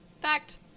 Fact